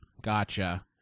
Gotcha